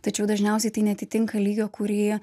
tačiau dažniausiai tai neatitinka lygio kurį